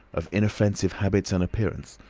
of inoffensive habits and appearance,